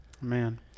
Man